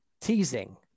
teasing